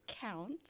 counts